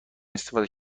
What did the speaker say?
استفاده